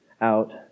out